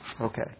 Okay